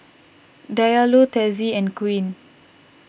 Diallo Tessie and Quinn